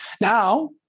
Now